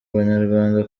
banyarwanda